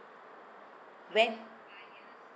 when